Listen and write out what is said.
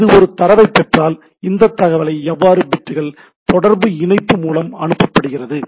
இது ஒரு தரவைப் பெற்றால் இந்த தகவலை எவ்வாறு பிட்டுகள் தொடர்பு இணைப்பு மூலம் அனுப்பபடுகிறது